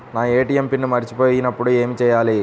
నా ATM PIN మరచిపోయినప్పుడు ఏమి చేయాలి?